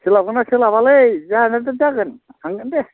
सोलाबगोनना सोलाबालै जानायाथ' जागोन थांगोन दे